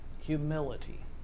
humility